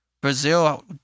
Brazil